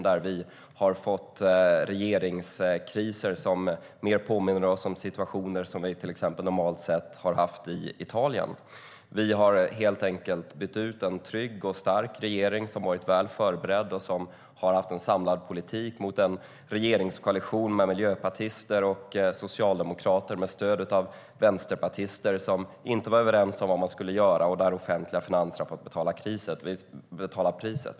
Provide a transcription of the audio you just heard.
Vi har fått regeringskriser som mer påminner oss om situationer som vi normalt sett har sett i Italien. Vi har helt enkelt bytt ut en trygg och stark regering, som varit väl förberedd och haft en samlad politik, mot en regeringskoalition med miljöpartister och socialdemokrater med stöd av vänsterpartister som inte varit överens om vad man skulle göra, och de offentliga finanserna har fått betala priset.